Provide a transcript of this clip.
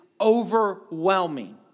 overwhelming